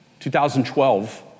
2012